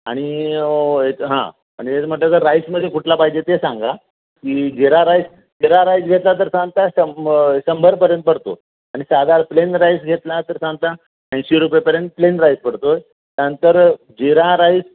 आणि हां आणि जर राईसमध्ये कुठला पाहिजे ते सांगा की जिरा राईस जिरा राईस घेतला तर सांगता शंभ शंभरपर्यंत पडतो आणि साधा प्लेन राईस घेतला तर सांगता ऐंशी रुपयेपर्यंत प्लेन राईस पडतो आहे त्यानंतर जिरा राईस